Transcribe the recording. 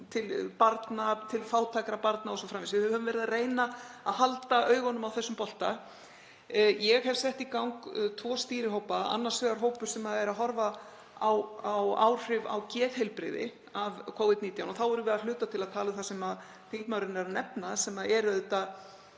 til fátækra barna o.s.frv. Við höfum verið að reyna að halda augunum á þessum bolta. Ég hef sett í gang tvo stýrihópa, annars vegar hóp sem er að horfa á áhrif á geðheilbrigði af Covid-19. Þá erum við að hluta til að tala um það sem þingmaðurinn er að nefna, sem er